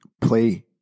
play